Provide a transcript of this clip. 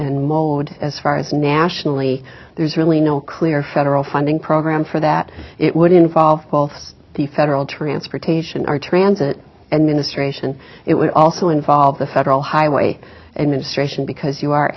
and mode as far as nationally there's really no clear federal funding program for that it would involve both the federal transportation our transit and ministration it would also involve the federal highway administration because you are